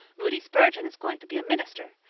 moody spurgeon is going to be a minister.